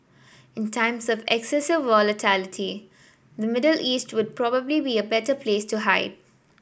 in times of excessive volatility the Middle East would probably be a better place to hide